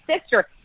sister